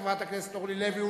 חברת הכנסת אורלי לוי,